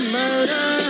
murder